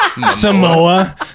Samoa